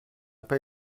pas